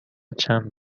چند